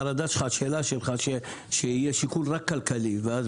השאלה שלך שיהיה רק שיקול כלכלי ואז